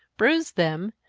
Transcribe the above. bruise them,